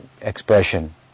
expression